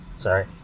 sorry